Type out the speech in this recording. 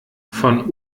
von